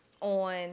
on